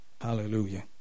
hallelujah